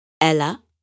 Ella